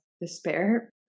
despair